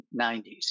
1990s